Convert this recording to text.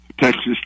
Texas